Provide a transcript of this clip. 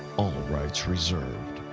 rights reserved.